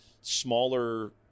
smaller